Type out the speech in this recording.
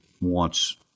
wants